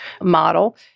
model